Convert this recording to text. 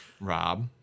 Rob